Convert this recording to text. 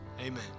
amen